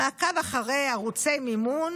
מעקב אחרי ערוצי מימון"